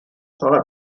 sola